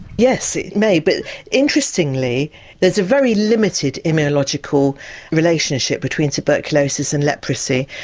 yes it may but interestingly there's a very limited immunological relationship between tuberculosis and leprosy.